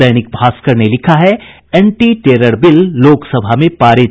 दैनिक भास्कर ने लिखा है एंटी टेरर बिल लोकसभा में पारित